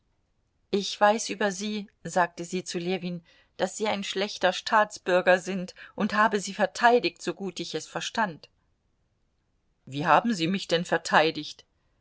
ich weiß über sie sagte sie zu ljewin daß sie ein schlechter staatsbürger sind und habe sie verteidigt so gut ich es verstand wie haben sie mich denn verteidigt